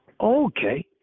Okay